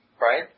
right